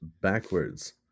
backwards